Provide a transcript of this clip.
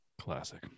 classic